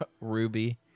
Ruby